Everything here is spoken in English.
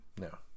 No